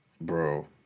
Bro